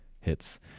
hits